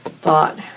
thought